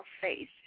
faith